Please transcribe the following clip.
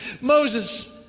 Moses